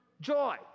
joy